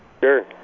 Sure